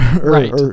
Right